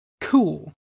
Cool